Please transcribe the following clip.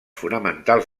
fonamentals